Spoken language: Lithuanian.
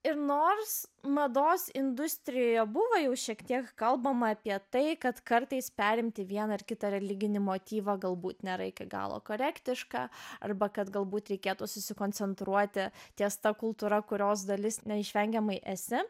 ir nors mados industrijoje buvo jau šiek tiek kalbama apie tai kad kartais perimti vieną ar kitą religinį motyvą galbūt nėra iki galo korektiška arba kad galbūt reikėtų susikoncentruoti ties ta kultūra kurios dalis neišvengiamai esi